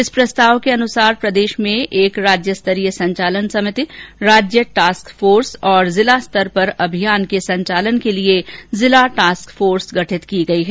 इस प्रस्ताव के अनुसार प्रदेश में एक राज्य स्तरीय संचालन समिति राज्य टास्क फोर्स तथा जिला स्तर पर अभियान के संचालन के लिए जिला टास्क फोर्स गठित की गई है